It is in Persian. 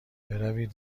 بروید